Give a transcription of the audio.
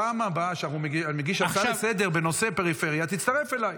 פעם הבאה שאני מגיש הצעה לסדר-היום, תצטרף אליי.